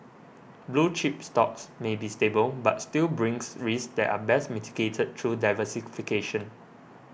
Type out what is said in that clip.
blue chip stocks may be stable but still brings risks that are best mitigated through diversification